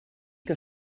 que